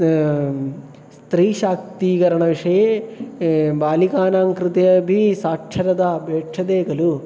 स्त्रीशाक्तीकरणविषये बालिकानां कृते अपि साक्षरता अपेक्षते खलु